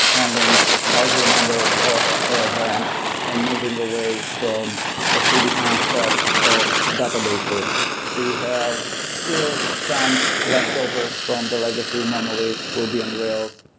handling larger number of events and moving away from a predefined set of databases we have still some leftovers from the legacy monolith's ruby on rails,